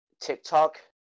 TikTok